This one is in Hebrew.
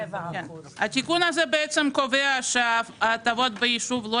התיקון הזה בעצם קובע שההטבות ביישוב לא